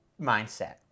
mindset